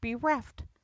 bereft